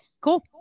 Cool